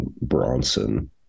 Bronson